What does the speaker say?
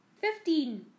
Fifteen